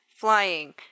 flying